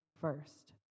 first